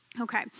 Okay